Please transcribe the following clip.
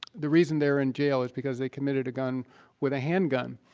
the reason they're in jail is because they committed a gun with a handgun.